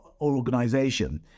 organization